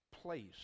place